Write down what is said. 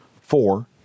four